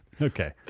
Okay